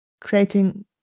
creating